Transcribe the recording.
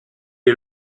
est